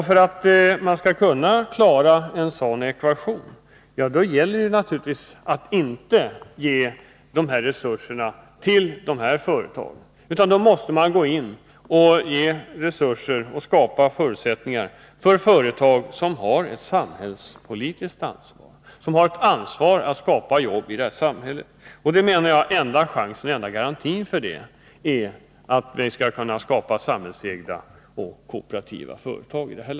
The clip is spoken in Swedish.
För att man skall kunna klara en sådan ekvation gäller det naturligtvis att inte ge de här resurserna till sådana företag. Då måste man gå in och ge resurser och skapa förutsättningar för företag som har ett samhällspolitiskt ansvar — ett ansvar att skapa jobb i det här samhället. Enda garantin för det är att vi skapar samhällsägda och kooperativa företag.